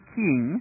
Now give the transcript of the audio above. king